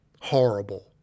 horrible